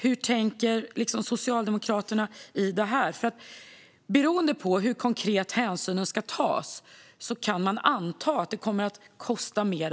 Hur tänker Socialdemokraterna när det gäller det? Beroende på hur hänsynen ska tas, rent konkret, kan man anta att mediestödet kommer att kosta mer.